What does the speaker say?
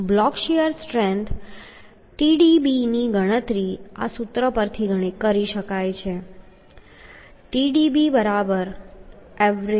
block shear strength Tdb ની ગણતરી આ સૂત્ર પરથી કરી શકાય છે કે TdbAvg